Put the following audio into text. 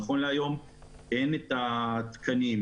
נכון להיום אין תקנים,